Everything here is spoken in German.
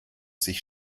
sich